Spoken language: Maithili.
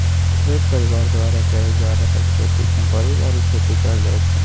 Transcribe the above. एक परिबार द्वारा कएल जा रहल खेती केँ परिबारिक खेती कहल जाइत छै